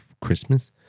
Christmas